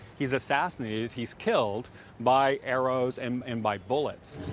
he's assassinated. he's killed by arrows and and by bullets.